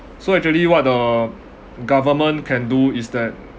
so actually what the government can do is that